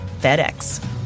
FedEx